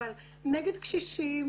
אבל נגד קשישים,